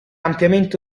ampiamente